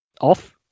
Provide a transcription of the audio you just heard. off